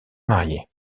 marier